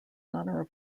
honor